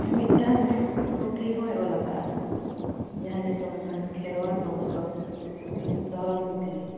ᱢᱤᱫᱴᱟᱝ ᱯᱩᱛᱷᱤ ᱦᱚᱭ ᱚᱞ ᱟᱠᱟᱫᱼᱟ ᱡᱟᱦᱟᱸ ᱫᱚᱠᱚ ᱢᱮᱱᱟ ᱠᱷᱮᱨᱣᱟᱞ ᱵᱚᱝᱥᱚ ᱫᱷᱚᱨᱚᱢ ᱯᱩᱛᱷᱤ